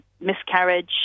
miscarriage